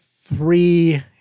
three